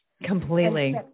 Completely